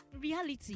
reality